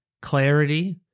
clarity